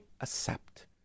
accept